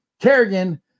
Kerrigan